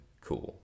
cool